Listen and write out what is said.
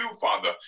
father